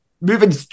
moving